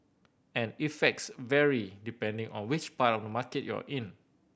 and effects vary depending on which part of the market you're in